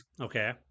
Okay